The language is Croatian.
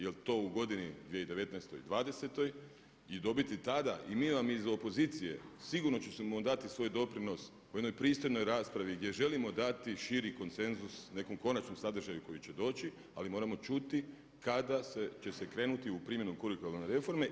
Jel' to u godini 2019. i dvadesetoj i dobiti tada i mi vam iz opozicije sigurno ćemo dati svoj doprinos u jednoj pristojnoj raspravi gdje želimo dati širi konsenzus nekom konačnom sadržaju koji će doći, ali moramo čuti kada će se krenuti u primjenu kurikularne reforme.